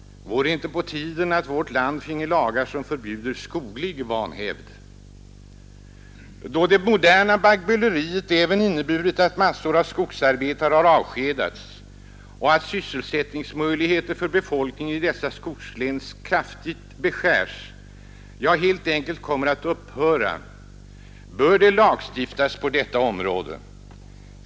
Vore det inte på tiden att vårt land finge lagar som förbjöd skoglig vanhävd? Då det moderna baggböleriet även innebär att massor av skogsarbetare avskedas och att sysselsättningsmöjligheterna för befolkningen i dessa skogslän kraftigt beskärs, ja helt enkelt kommer att upphöra, bör det lagstiftas på detta område.